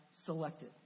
selected